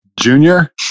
junior